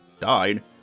died